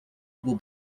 will